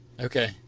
Okay